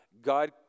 God